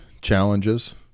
challenges